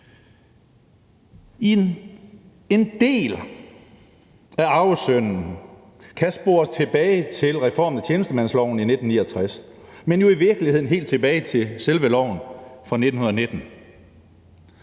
En del af arvesynden kan spores tilbage til reformen af tjenestemandsloven i 1969, men jo i virkeligheden helt tilbage til selve loven fra 1919.